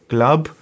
Club